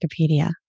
Wikipedia